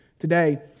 Today